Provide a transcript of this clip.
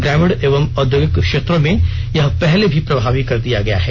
ग्रामीण एवं औद्योगिक क्षेत्रों में यह पहले ही प्रभावी कर दिया गया है